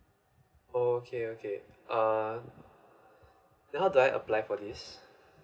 okay okay uh now how do I apply for this